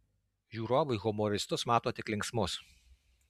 žiūrovai humoristus mato tik linksmus